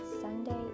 Sunday